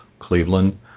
Cleveland